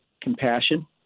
compassion